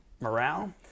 morale